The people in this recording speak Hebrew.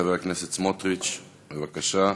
חבר הכנסת סמוטריץ, בבקשה.